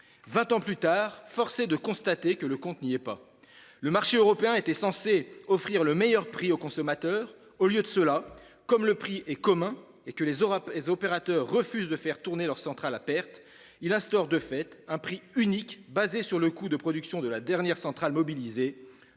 ans plus tard, force est de constater que le compte n'y est pas. Le marché européen était censé offrir le meilleur prix au consommateur. Au lieu de cela, comme le prix est commun et comme les opérateurs refusent de faire tourner leurs centrales à perte, il instaure, de fait, un prix unique basé sur le coût de production de la dernière centrale mobilisée,